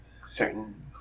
certain